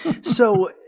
So-